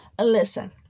Listen